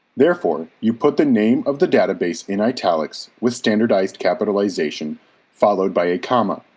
therefore, you put the name of the database in italics with standardized capitalization followed by a comma,